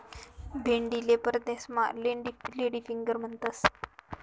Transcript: भेंडीले परदेसमा lady finger म्हणतंस